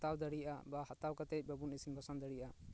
ᱦᱟᱛᱟᱣ ᱫᱟᱲᱮᱭᱟᱜᱼᱟ ᱵᱟ ᱦᱟᱛᱟᱣ ᱠᱟᱛᱮ ᱵᱟᱵᱚᱱ ᱤᱥᱤᱱ ᱵᱟᱥᱟᱝ ᱫᱟᱲᱮᱭᱟᱜᱼᱟ